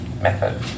method